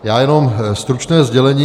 Já jenom stručné sdělení.